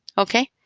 okay?